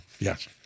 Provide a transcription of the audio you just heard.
Yes